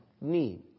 need